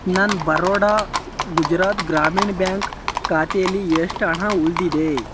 ನನ್ನ ಬರೋಡಾ ಗುಜರಾತ್ ಗ್ರಾಮೀಣ್ ಬ್ಯಾಂಕ್ ಖಾತೇಲಿ ಎಷ್ಟು ಹಣ ಉಳಿದಿದೆ